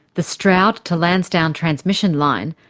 the stroud to lansdowne transmission line,